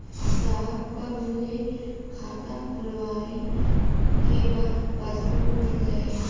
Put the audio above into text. साहब कब ले खाता खोलवाइले के बाद पासबुक मिल जाई?